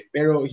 Pero